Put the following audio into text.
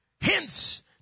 Hence